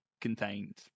contained